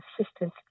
assistance